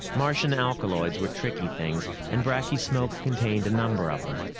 martian alkaloids were tricky things, and bracky smoke contained a number of them.